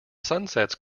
sunsets